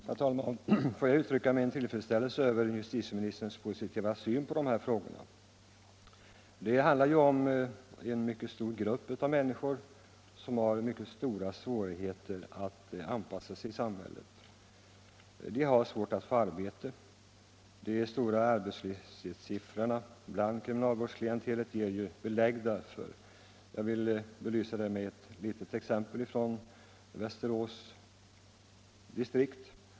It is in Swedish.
Herr talman! Får jag uttrycka min tillfredsställelse med justitieministerns positiva syn på dessa frågor. Det handlar om en betydande grupp av människor som har mycket stora svårigheter att anpassa sig i samhället. De har svårt att få arbete — de stora arbetslöshetssiffrorna för kriminalvårdsklientelet ger ett belägg härför. Jag vill belysa detta med ett exempel från Västerås distrikt.